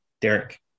Derek